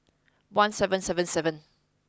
one seven seven seven